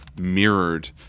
mirrored